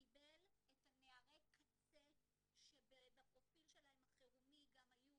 הוא קיבל את נערי הקצה שבפרופיל שלהם החירומי גם היו